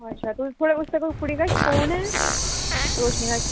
अच्छा ते उस कुड़ी कश फोन ऐ रोशनी कश